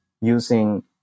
using